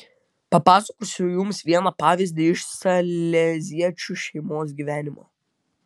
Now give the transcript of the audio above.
papasakosiu jums vieną pavyzdį iš saleziečių šeimos gyvenimo